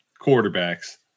quarterbacks